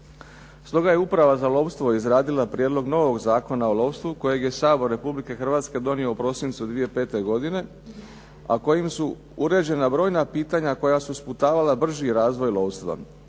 Stoga je Uprava za lovstvo izradila prijedlog novog Zakona o lovstvu kojeg je Sabor Republike Hrvatske donio u prosincu 2005. godine, a kojim su uređena brojna pitanja koja su sputavala brži razvoj lovstva.